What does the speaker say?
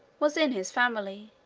was in his family,